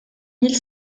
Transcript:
mille